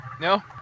No